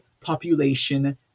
population